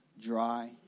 dry